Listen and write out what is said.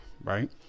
Right